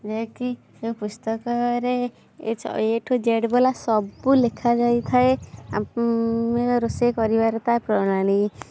ଯାଇକି ଯେଉଁ ପୁସ୍ତକରେ ଏ ଠୁ ଯେଡ଼ ବାଲା ସବୁ ଲେଖାଯାଇଥାଏ ଆମେ ରୋଷେଇ କରିବାରେ ତା ପ୍ରଣାଳୀ